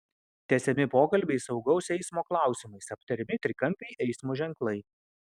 tęsiami pokalbiai saugaus eismo klausimais aptariami trikampiai eismo ženklai